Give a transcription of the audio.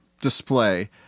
display